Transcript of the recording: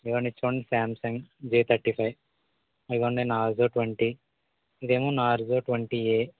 ఏమండి ఇవి చూడండి సామ్సంగ్ జె థర్టీ ఫైవ్ ఇదిగొండి నార్జో ట్వంటీ ఇదేమో నార్జో ట్వంటీ ఏ